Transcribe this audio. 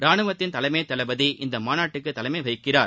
ரானுவத்தின் தலைமை தளபதி இந்த மாநாட்டுக்கு தலைமை வகிக்கிறார்